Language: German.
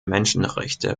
menschenrechte